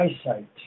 eyesight